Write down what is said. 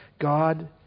God